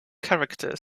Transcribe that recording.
character